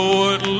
Lord